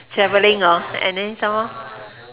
travelling hor and then some more